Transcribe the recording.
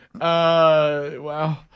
wow